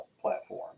platform